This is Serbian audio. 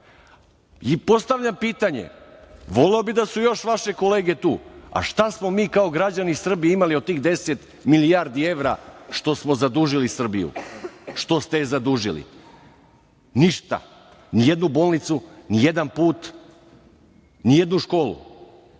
pitanje, voleo bih da je još vaših kolega tu, a šta smo mi kao građani Srbije imali od tih 10 milijardi evra što smo zadužili Srbiju, što ste je zaduži? Ništa. Ni jednu bolnicu, ni jedan put, ni jednu školu.